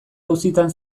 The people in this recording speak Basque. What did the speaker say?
auzitan